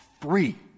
free